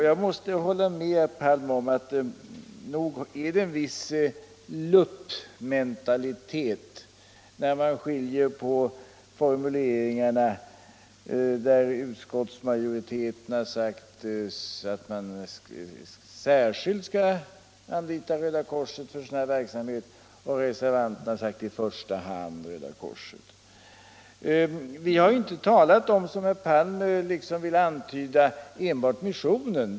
Jag måste hålla med herr Palm för det är verkligen en luppmentalitet när man skiljer på formuleringarna på det sättet att utskottsmajoriteten säger att man särskilt skall anlita Röda korset för sådan här verksamhet medan reservanterna säger att man i första hand skall anlita Röda korset. Vi har inte talat om enbart missionen, vilket herr Palm liksom ville antyda.